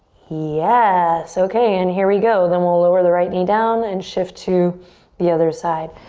yes, okay, and here we go. then we'll lower the right knee down and shift to the other side.